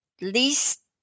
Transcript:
least